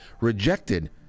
rejected